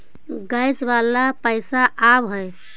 Gas वाला पैसा आव है?